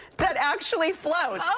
that actually floats.